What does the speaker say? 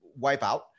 wipeout